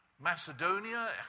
Macedonia